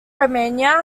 romania